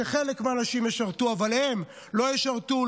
שחלק מהאנשים ישרתו אבל הם לא ישרתו,